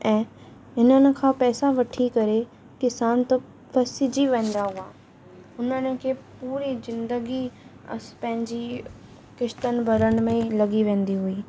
ऐं हिननि खां पैसा वठी करे किसान त फसजी वेंदा हुआ उन्हनि खे पूरी ज़िंदगी पंहिंजी किश्तनि भरनि में ई लॻी वेंदी हुई